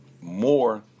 more